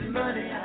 money